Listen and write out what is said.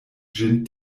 ĝin